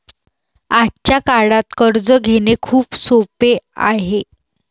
आजच्या काळात कर्ज घेणे खूप सोपे आहे